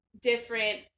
different